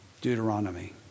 Deuteronomy